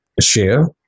share